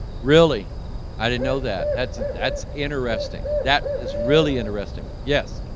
really i didn't know that that's that's interesting that is really interesting. yes